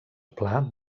pla